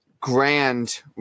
grand